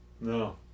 No